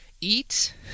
Eat